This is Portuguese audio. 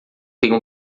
tenho